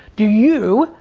do you,